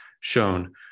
shown